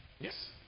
Yes